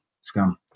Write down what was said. scum